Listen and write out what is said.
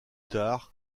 tard